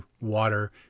water